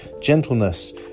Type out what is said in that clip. gentleness